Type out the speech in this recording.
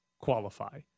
qualify